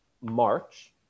March